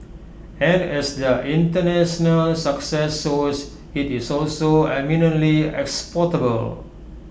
and as their International success shows IT is also eminently exportable